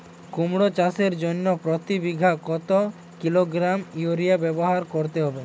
কুমড়ো চাষের জন্য প্রতি বিঘা কত কিলোগ্রাম ইউরিয়া ব্যবহার করতে হবে?